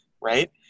Right